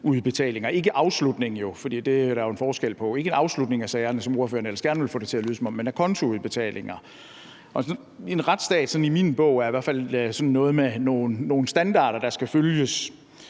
ikke en afslutning af sagerne, som ordføreren ellers gerne vil have det til at lyde som, men a conto-udbetalinger. Og en retsstat er i hvert fald i min bog noget med nogle standarder, der skal følges,